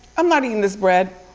i'm not eating this bread.